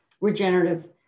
regenerative